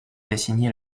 dessiné